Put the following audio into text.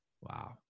Wow